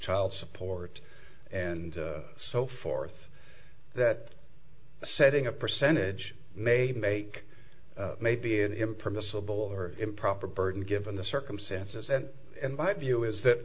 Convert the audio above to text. child support and and so forth that setting a percentage may make maybe an impermissible or improper burden given the circumstances and invite view is that